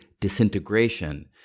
disintegration